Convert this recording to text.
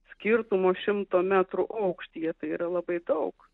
skirtumo šimto metrų aukštyje tai yra labai daug